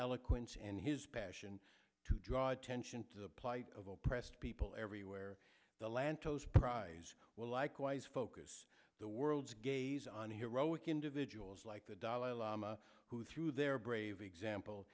eloquence and his passion to draw attention to the plight of oppressed people everywhere the lantos prize will likewise focus the world's gaze on heroic individuals like the dalai lama who through their brave example